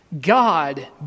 God